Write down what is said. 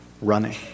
running